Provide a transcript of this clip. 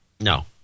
No